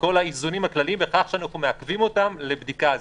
כל האיזונים בכך שאנו מעכבים אותם לבדיקה.